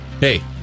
Hey